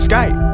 skype